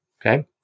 okay